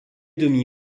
demi